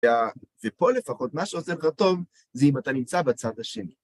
ופה לפחות, מה שעושה לך טוב, זה אם אתה נמצא בצד השני.